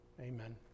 Amen